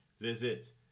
Visit